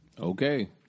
Okay